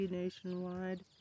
nationwide